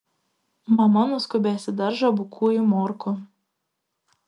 mama nuskubės į daržą bukųjų morkų